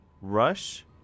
Rush